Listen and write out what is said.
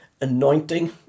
anointing